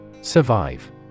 Survive